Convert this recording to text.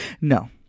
No